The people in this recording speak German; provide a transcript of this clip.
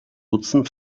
nutzen